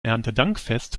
erntedankfest